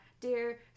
dear